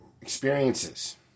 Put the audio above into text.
experiences